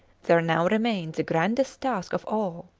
there now remained the grandest task of all.